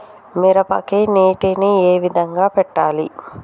మిరపకి నీటిని ఏ విధంగా పెట్టాలి?